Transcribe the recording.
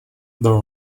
byl